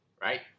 Right